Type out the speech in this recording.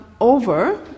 over